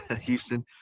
Houston